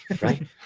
right